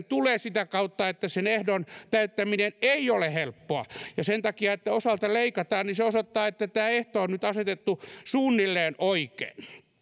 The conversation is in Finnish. tulee sitä kautta että sen ehdon täyttäminen ei ole helppoa ja sen takia se että osalta leikataan osoittaa että tämä ehto on nyt asetettu suunnilleen oikein